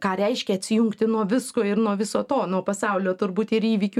ką reiškia atsijungti nuo visko ir nuo viso to nuo pasaulio turbūt ir įvykių